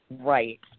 right